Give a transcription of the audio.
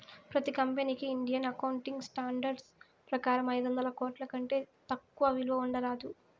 ప్రతి కంపెనీకి Indian accounting standards ప్రకారం ఐదొందల కోట్ల కంటే తక్కువ విలువ ఉండరాదు